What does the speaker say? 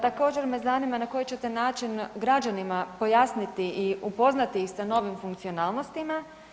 Također me zanima na koji ćete način građanima pojasniti i upoznati ih sa novim funkcionalnostima?